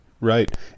Right